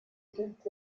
könnt